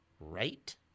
right